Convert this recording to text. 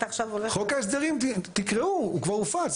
חוק ההסדרים, תקראו, הוא כבר הופץ.